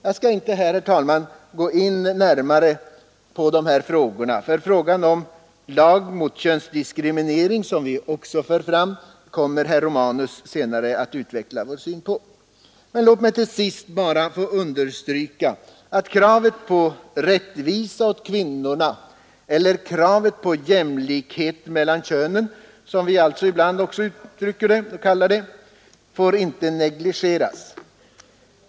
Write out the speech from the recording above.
Jag skall inte nu, herr talman, gå närmare in på dessa frågor, eftersom herr Romanus senare kommer att utveckla vår syn på spörsmålet om en lag mot könsdiskriminering, något som vi också för fram. Låt mig till sist bara få understryka att kravet på rättvisa åt kvinnorna eller kravet på jämlikhet mellan könen, som vi också kallar det, inte får negligeras.